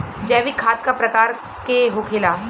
जैविक खाद का प्रकार के होखे ला?